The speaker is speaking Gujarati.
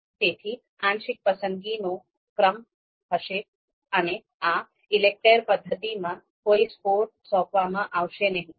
તેથી આંશિક પસંદગીનો ક્રમ હશે અને આ ઈલેકટેર પદ્ધતિમાં કોઈ સ્કોર સોંપવામાં આવશે નહીં